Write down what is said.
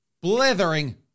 blithering